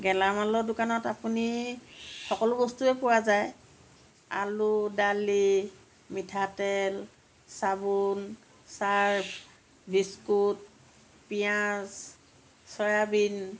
গেলামালৰ দোকানত আপুনি সকলো বস্তুৱেই পোৱা যায় আলু দালি মিঠাতেল চাবোন চাৰ্ফ বিস্কুট পিঁয়াজ চয়াবিন